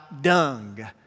dung